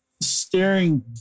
staring